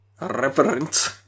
Reference